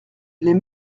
les